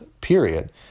period